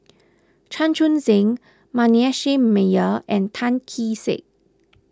Chan Chun Sing Manasseh Meyer and Tan Kee Sek